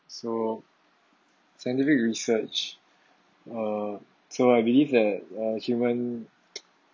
so scientific research uh so I believe that uh human